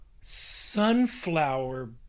sunflower